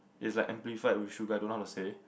is like amplified with sugar I don't know how to say